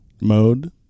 mode